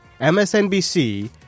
MSNBC